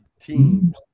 team